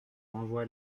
renvoie